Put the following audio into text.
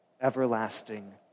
everlasting